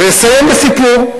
אסיים בסיפור.